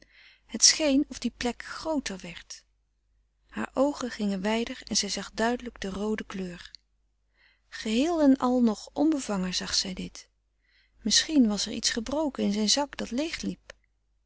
het scheen of die plek grooter werd haar oogen gingen wijder en zij zag duidelijk de roode kleur geheel en al nog onbevangen zag zij dit misschien was er iets gebroken in zijn zak dat leeg liep